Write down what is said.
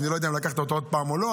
אני לא יודע אם לקחת אותו עוד פעם או לא,